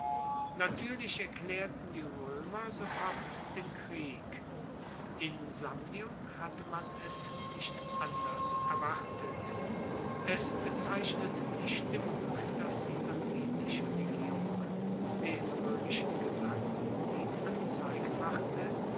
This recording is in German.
natuerlich erklaerten die roemer sofort den krieg in samnium hatte man es nicht anders erwartet es bezeichnet die stimmung dass die samnitische regierung den roemischen gesandten die anzeige machte